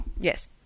Yes